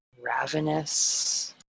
ravenous